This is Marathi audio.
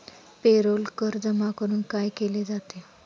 पेरोल कर जमा करून काय केले जाते?